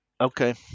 Okay